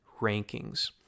rankings